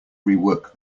rework